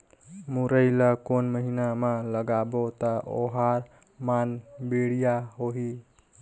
मुरई ला कोन महीना मा लगाबो ता ओहार मान बेडिया होही?